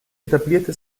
etablierte